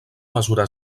mesura